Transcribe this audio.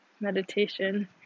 meditation